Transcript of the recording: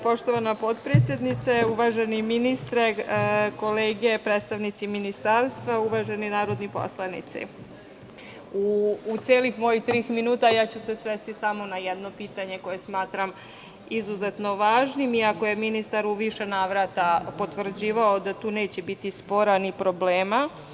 Poštovana potpredsednice, uvaženi ministre, kolege i predstavnici ministarstva, uvaženi narodni poslanici, u celih mojih tri minuta svešću se samo na jedno pitanje koje smatram izuzetno važnim, iako je ministar u više navrata potvrđivao da tu neće biti spora ni problema.